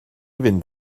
fynd